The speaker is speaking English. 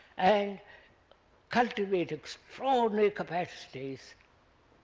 and cultivate extraordinary capacities,